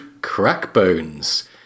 Crackbones